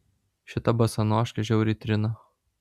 šita basanoškė žiauriai trina